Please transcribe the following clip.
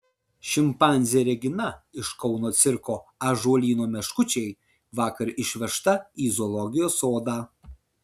šimpanzė regina iš kauno cirko ąžuolyno meškučiai vakar išvežta į zoologijos sodą